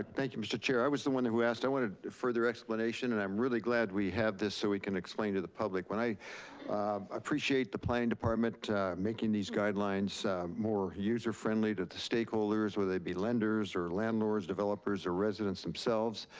thank you mr. chair. i was the one who asked, i wanted further explanation. and i'm really glad we have this, so we can explain to the public. i appreciate the planning department making these guidelines more user-friendly to the stakeholders, whether they be lenders, or landlords, developers or residents themselves.